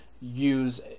use